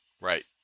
Right